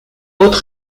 haute